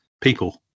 people